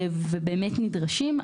ובאמת נדרשים.